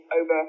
over